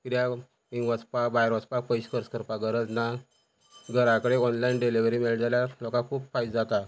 किद्या थिंगां वचपा भायर वचपाक पयशे खर्च करपाक गरज ना घरा कडल्यान ऑनलायन डिलिव्हरी मेळटा जाल्यार लोकांक खूब फायदो जाता